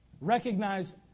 recognize